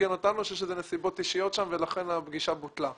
עדכן אותנו שיש נסיבות אישיות שם ולכן הפגישה בוטלה.